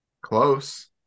Close